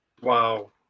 Wow